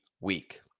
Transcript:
week